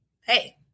Hey